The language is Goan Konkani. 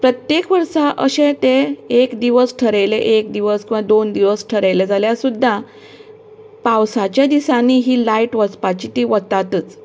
प्रत्येक वर्सा अशें ते एक दिवस थरयलें एक दिवस किंवां दोन दिवस थरयले जाल्यार सुद्दां पावसाच्या दिसांनी ही लायट वचपाची ती वतातच